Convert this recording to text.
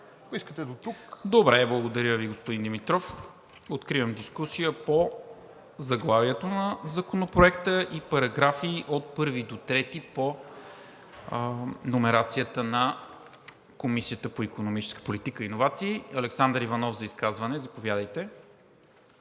МИНЧЕВ: Благодаря Ви, господин Димитров. Откривам дискусия по заглавието на Законопроекта и параграфи от 1 до 3 по номерацията на Комисията по икономическа политика и иновации. Александър Иванов – за изказване. Заповядайте.